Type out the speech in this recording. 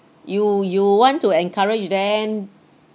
you you want to encourage them